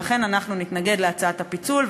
לכן אנחנו נתנגד להצעת הפיצול,